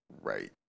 right